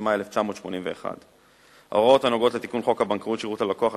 התשמ"א 1981. ההוראות הנוגעות לתיקון חוק הבנקאות (שירות ללקוח),